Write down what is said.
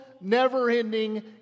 never-ending